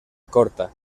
corta